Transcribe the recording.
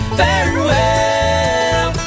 farewell